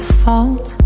fault